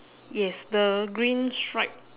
yes the green stripe